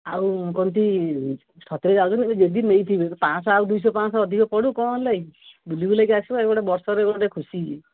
ଆଉ ମୁଁ କହନ୍ତି ସତରେ ଯାଉଛୁ ଯଦି ନେଇଥିବେ ପାଞ୍ଚଶହ ଆଉ ଦୁଇଶହ ପାଞ୍ଚ ଶହ ଅଧିକ ପଡ଼ୁ କ'ଣ ହେଲା ବୁଲି ବୁଲାକି ଆସିବା ଗୋଟେ ବର୍ଷରେ ଗୋଟ ଖୁସି